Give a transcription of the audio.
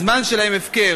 הזמן שלהם הפקר.